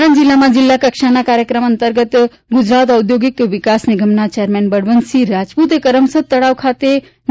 આણંદ જિલ્લામાં જિલ્લાકક્ષાના કાર્યક્રમ અંતર્ગત ગુજરાત ઔદ્યોગિક વિકાસ નિગમના ચેરમેન બળવંતસિંહ રાજપૂતે કરમસદ તળાવ ખાતે નીરની પૂજા આરતી કરી હતી